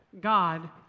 God